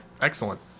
Excellent